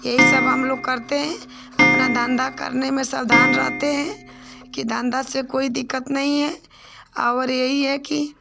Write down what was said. यही सब हमलोग करते हैं अपना धन्धा करने में सावधान रहते हैं कि धन्धा से कोई दिक्कत नहीं है और यही है कि